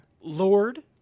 Lord